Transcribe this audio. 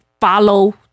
follow